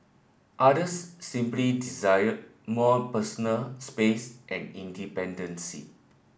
others simply desire more personal space and independence